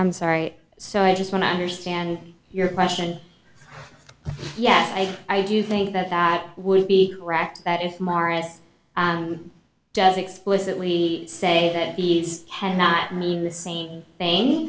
i'm sorry so i just want to understand your question yes i do think that that would be correct that if maurice does explicitly say that he is not mean the same thing